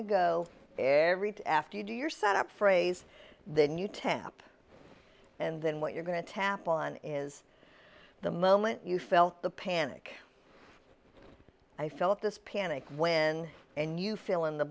to go every day after you do your set up phrase then you tap and then what you're going to tap on is the moment you felt the panic i felt this panic when and you fill in the